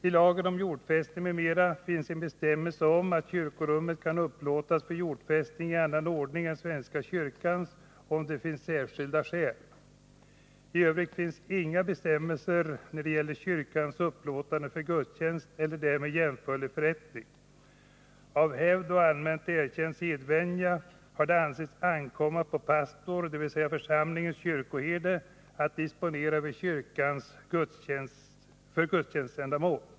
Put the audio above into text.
I lagen om jordfästning m.m. finns en bestämmelse om att kyrkorummet kan upplåtas för jordfästning i annan ordning än svenska kyrkans, om det finns särskilda skäl. I övrigt finns det inga bestämmelser när det gäller kyrkans upplåtande för gudstjänst eller därmed jämförlig förrättning. Av hävd och allmänt erkänd sedvänja har det ansetts ankomma på ”pastor”, dvs. församlingens kyrkoherde, att disponera över kyrkan för gudstjänständamål.